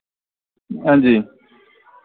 हां जी